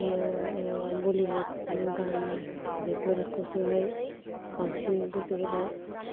बिदिनो बुलिवुडनि गान बेफोरखौ सोहाय बांसिन गोसो होबाय